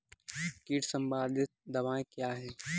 कीट संबंधित दवाएँ क्या हैं?